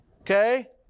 Okay